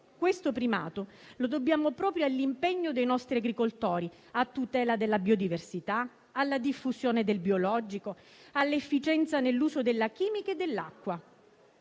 questo primato lo dobbiamo proprio all'impegno dei nostri agricoltori a tutela della biodiversità, alla diffusione del biologico, all'efficienza nell'uso della chimica e dell'acqua.